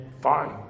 fine